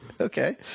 Okay